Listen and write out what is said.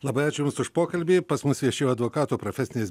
labai ačiū jums už pokalbį pas mus viešėjo advokatų profesinės